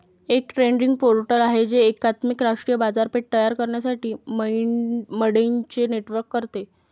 एक trading portal आहे जे एकात्मिक राष्ट्रीय बाजारपेठ तयार करण्यासाठी मंडईंचे नेटवर्क करते